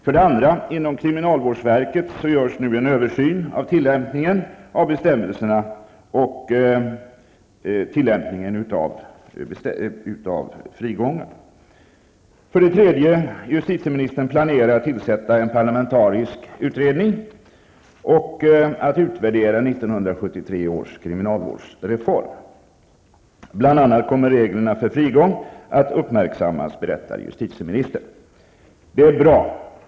För det andra görs nu inom kriminalvårdsverket en översyn av tillämpningen av bestämmelserna om frigången. För det tredje planerar justitieministern att tillsätta en parlamentarisk utredning och att utvärdera 1973 års kriminalvårdsreform. Bl.a. kommer reglerna för frigång att uppmärksammas, berättar justitieministern. Det är bra.